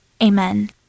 Amen